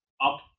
up